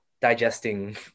digesting